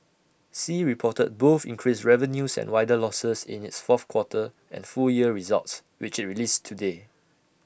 sea reported both increased revenues and wider losses in its fourth quarter and full year results which released today